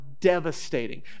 devastating